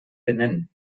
benennen